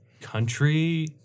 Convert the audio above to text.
country